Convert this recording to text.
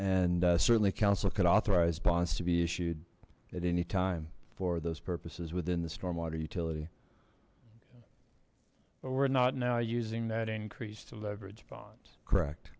and certainly council could authorize bonds to be issued at any time for those purposes within the storm water utility well we're not now using that increase to leverage bonds correct